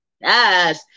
Yes